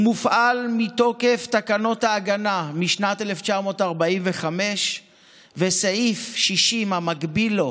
הוא מופעל מתוקף תקנות ההגנה משנת 1945 וסעיף 60 המקביל לו.